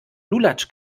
lulatsch